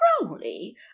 Crowley